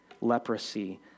leprosy